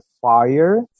fire